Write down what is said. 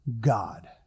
God